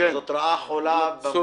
רעה חולה.